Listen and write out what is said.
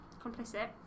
complicit